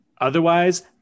otherwise